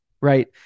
right